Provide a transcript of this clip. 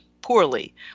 poorly